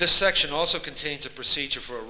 this section also contains a procedure for a